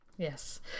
Yes